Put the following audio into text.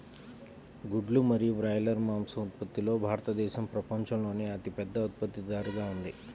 గుడ్లు మరియు బ్రాయిలర్ మాంసం ఉత్పత్తిలో భారతదేశం ప్రపంచంలోనే అతిపెద్ద ఉత్పత్తిదారుగా ఉంది